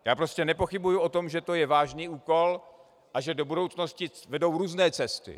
Já prostě nepochybuju o tom, že to je vážný úkol a že do budoucnosti vedou různé cesty.